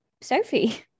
Sophie